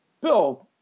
Bill